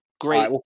Great